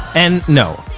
and no,